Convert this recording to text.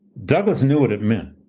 douglass knew what it meant.